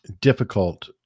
difficult